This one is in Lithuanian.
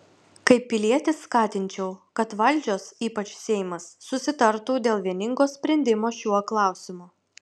kaip pilietis skatinčiau kad valdžios ypač seimas susitartų dėl vieningo sprendimo šiuo klausimu